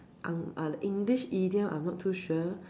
Ang~ uh the English idiom I'm not too sure